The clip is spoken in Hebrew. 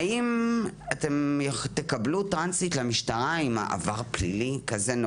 האם תקבלו אותה למשטרה עם עבר פלילי כזה?